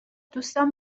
دوستم